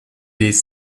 les